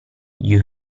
you